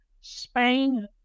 Spain